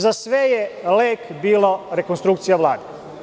Za sve je lek bila rekonstrukcija Vlade.